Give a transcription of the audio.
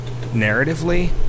narratively